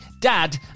Dad